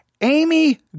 Amy